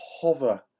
hover